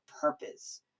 purpose